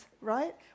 right